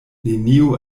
neniu